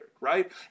right